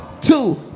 two